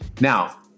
Now